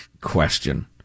question